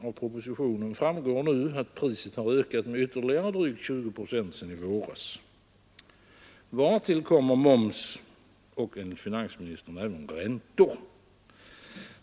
Av propositionen framgår nu att priset har ökat med ytterligare drygt 20 procent sedan i våras — vartill kommer moms och enligt finansministern även räntor.